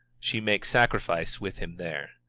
she makes sacrifice with him there.